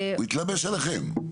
הוא התלבש עליכם?